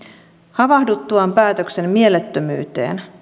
havahduttuaan päätöksen mielettömyyteen